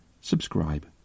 subscribe